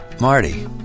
Marty